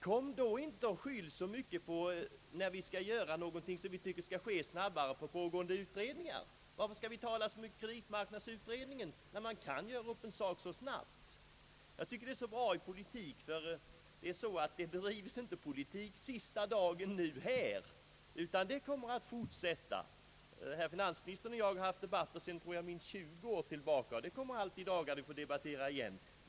Kom sedan inte och skyll på utredningar, när vi tycker att någonting bör ske snabbare! Varför skall vi tala så mycket om kreditmarknadsutredningen, när det går att göra en sak snabbt? Vi driver inte politik för sista dagen här, utan man kommer att fortsätta. Herr finansministern och jag har haft debatter sedan minst 20 år, och vi kommer säkert att debattera igen.